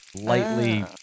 lightly